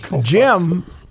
Jim